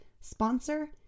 sponsor